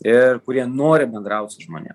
ir kurie nori bendraut su žmonėm